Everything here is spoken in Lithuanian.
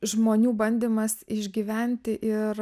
žmonių bandymas išgyventi ir